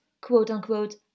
quote-unquote